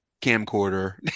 camcorder